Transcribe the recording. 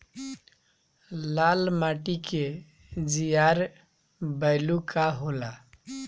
लाल माटी के जीआर बैलू का होला?